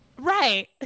Right